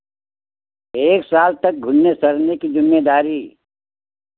एक साल तक घुलने सड़ने की जिम्मेदारी